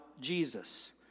Jesus